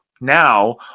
now